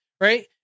right